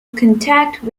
contact